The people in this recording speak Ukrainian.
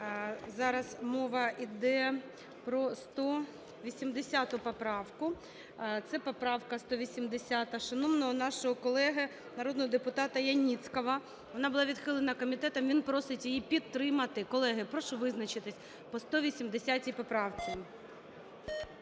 Зараз мова іде про 180 поправку. Це поправка 180, шановного нашого колеги народного депутата Яніцького. Вона була відхилена комітетом. Він просить її підтримати. Колеги, прошу визначитись по 180 поправці.